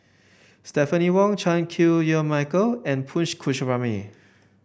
Stephanie Wong Chan Chew Yow Michael and Punch Coomaraswamy